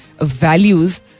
values